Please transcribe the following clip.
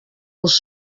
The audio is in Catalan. els